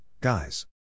guys